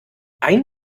ein